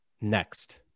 Next